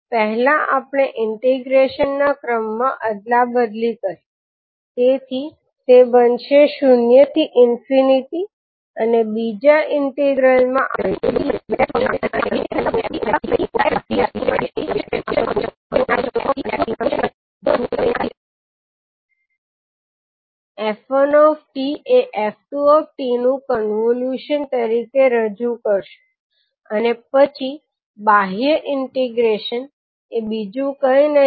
પહેલા આપણે ઈન્ટીગ્રૅશનના ક્રમમાં અદલાબદલી કરીએ તેથી તે બનશે 0 થી ઇન્ફીનિટી અને બીજા ઇન્ટિગ્રલમાં આપણે કહીશું કે તે 0 થી t વચ્ચે છે યુનીટ સ્ટેપ શિફ્ટ ફંક્શન ના કારણે અને આપણે કહીશું કે તે f1 લેમ્બડા ગુણ્યા f2 t ઓછા લેમ્બડા dt અને e ની ઓછા s લેમ્બડા ઘાત d લેમ્બડા છે બીજુ ઈન્ટીગ્રૅશન માટે કાઢી લઈશું